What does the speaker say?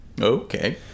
Okay